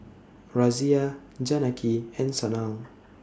Razia Janaki and Sanal